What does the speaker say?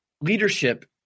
leadership